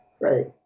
Right